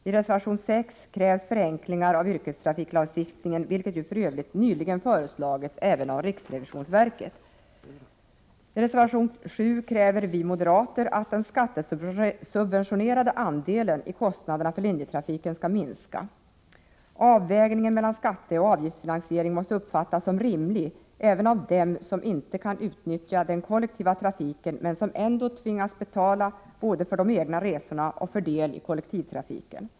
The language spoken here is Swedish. I reservation 6 krävs förenklingar av yrkestrafiklagstiftningen, vilket ju för övrigt nyligen har föreslagits även av riksrevisionsverket. I reservation 7 kräver vi moderater att den skattesubventionerade andelen av kostnaderna för linjetrafiken skall minska. Avvägningen mellan skatteoch avgiftsfinansiering måste uppfattas som rimlig även av dem som inte kan utnyttja den kollektiva trafiken, men som ändå tvingas betala både för de egna resorna och för del i kollektivtrafiken.